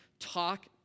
talk